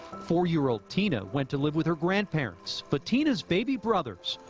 four-year-old tina went to live with her grandparents. but tina's baby brothers,